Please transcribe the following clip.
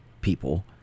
people